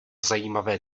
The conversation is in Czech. zajímavé